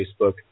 Facebook